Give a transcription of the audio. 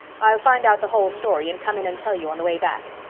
i'll find out the whole story and come in and tell you on the way back.